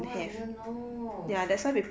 oo I didn't know